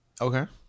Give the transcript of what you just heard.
Okay